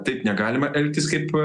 taip negalima elgtis kaip